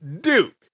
Duke